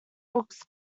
books